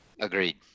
Agreed